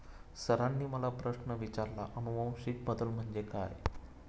सरांनी मला प्रश्न विचारला आनुवंशिक बदल म्हणजे काय?